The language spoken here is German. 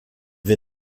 wir